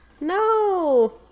No